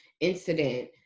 incident